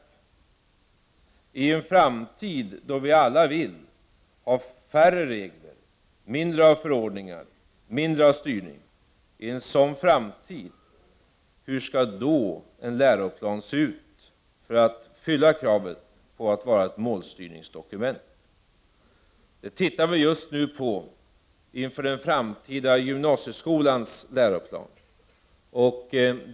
Men om vi alla i en framtid vill ha färre regler, mindre av förordningar och mindre av styrning, hur skall då en läroplan se ut som uppfyller kravet på att den skall vara ett målstyrningsdokument? Det tittar vi just nu på inför den framtida gymnasieskolans läroplan.